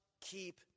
keep